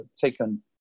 taken